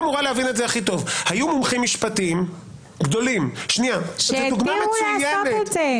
היו מומחים משפטיים גדולים --- שהתירו לעשות את זה.